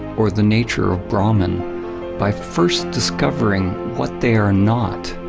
or the nature of brahman by first discovering what they are not.